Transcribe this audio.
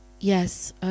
yes